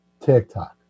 TikTok